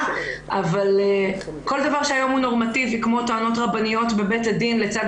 אבל כל דבר שהיום הוא נורמטיבי כמו טוענות רבניות בבית הדין לצד